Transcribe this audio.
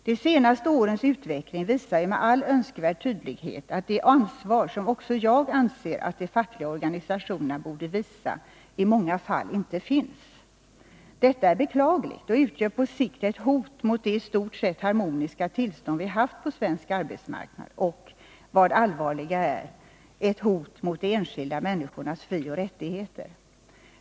De senaste årens utveckling visar med all önskvärd tydlighet att det ansvar som också jag anser att de fackliga organisationerna borde visa i många fall inte finns. Detta är beklagligt och utgör på sikt ett hot mot det i stort sett harmoniska tillstånd vi haft på svensk arbetsmarknad och — vad allvarligare är — ett hot mot de enskilda människornas frioch rättigheter.